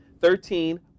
Thirteen